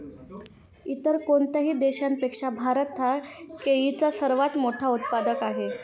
इतर कोणत्याही देशापेक्षा भारत हा केळीचा सर्वात मोठा उत्पादक आहे